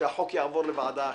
שהחוק יעבור לוועדה אחרת.